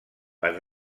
per